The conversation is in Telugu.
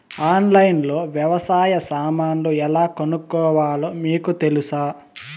ఆన్లైన్లో లో వ్యవసాయ సామాన్లు ఎలా కొనుక్కోవాలో మీకు తెలుసా?